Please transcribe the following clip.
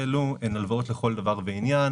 ההלוואות האלו הן הלוואות לכל דבר ועניין.